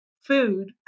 food